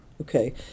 okay